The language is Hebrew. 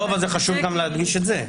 אבל כן חשוב להדגיש את זה.